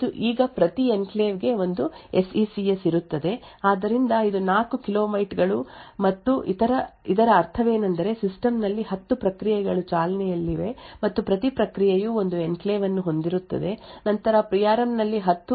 ಈಗ P R M ನಲ್ಲಿ ಇರುವ ಮತ್ತೊಂದು ಸಂಬಂಧಿತ ಡೇಟಾ ರಚನೆಯನ್ನು SECS ಅಥವಾ S G X enclave control store ಎಂದು ಕರೆಯಲಾಗುತ್ತದೆ ಈಗ ಪ್ರತಿ ಎನ್ಕ್ಲೇವ್ಗೆ ಒಂದು SECS ಇರುತ್ತದೆ ಆದ್ದರಿಂದ ಇದು 4 ಕಿಲೋ ಬೈಟ್ಗಳು ಮತ್ತು ಇದರ ಅರ್ಥವೇನೆಂದರೆ ಸಿಸ್ಟಮ್ನಲ್ಲಿ 10 ಪ್ರಕ್ರಿಯೆಗಳು ಚಾಲನೆಯಲ್ಲಿವೆ ಮತ್ತು ಪ್ರತಿ ಪ್ರಕ್ರಿಯೆಯು ಒಂದು ಎನ್ಕ್ಲೇವ್ ಅನ್ನು ಹೊಂದಿರುತ್ತದೆ ನಂತರ ಪಿ ಆರ್ ಎಂ ನಲ್ಲಿ 10 SECS ರಚನೆಗಳು ಇರುತ್ತವೆ